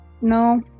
No